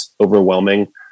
overwhelming